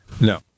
No